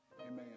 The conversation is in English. Amen